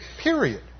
period